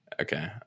Okay